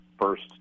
first